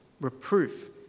reproof